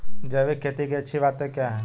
जैविक खेती की अच्छी बातें क्या हैं?